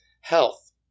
health